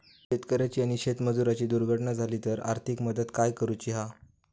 शेतकऱ्याची आणि शेतमजुराची दुर्घटना झाली तर आर्थिक मदत काय करूची हा?